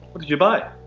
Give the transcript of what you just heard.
what did you buy?